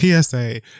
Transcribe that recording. PSA